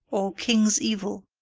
or king's evil.